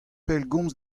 pellgomz